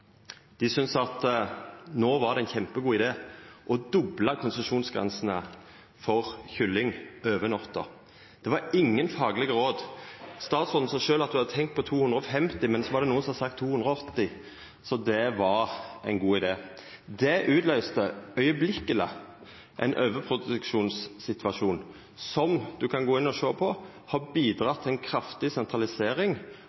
Dei syntest at det var ein kjempegod idé å dobla konsesjonsgrensa for kylling over natta. Det var ingen faglege råd. Statsråden sa sjølv at ho hadde tenkt på 250 000, men så var det nokon som hadde sagt 280 000. Det var ein god idé. Det utløyste på ein augneblink ein overproduksjonssituasjon, som – ein kan gå inn og sjå – har